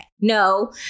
No